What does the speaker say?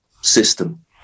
system